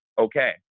okay